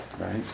Right